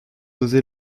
osé